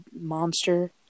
monster